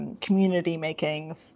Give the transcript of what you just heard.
community-making